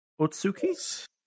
Otsuki